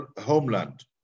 homeland